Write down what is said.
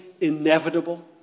inevitable